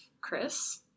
chris